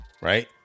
right